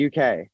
UK